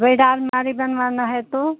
bed आलमारी बनवाना है तो